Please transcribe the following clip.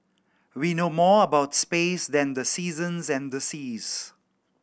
we know more about space than the seasons and the seas